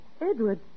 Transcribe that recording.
Edward